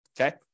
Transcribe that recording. Okay